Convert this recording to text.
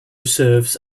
serves